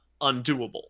undoable